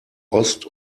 ost